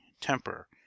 temper